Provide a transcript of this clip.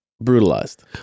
brutalized